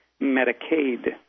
Medicaid